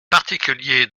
particuliers